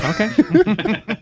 Okay